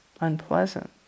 unpleasant